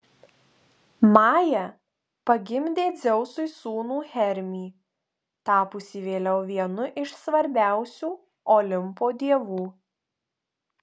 maja pagimdė dzeusui sūnų hermį tapusį vėliau vienu iš svarbiausių olimpo dievų